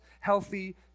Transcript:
healthy